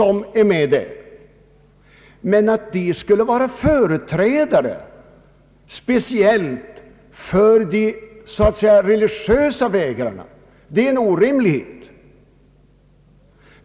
Men att dessa skulle vara företrädare speciellt för de religiösa vägrarna, är en orimlighet.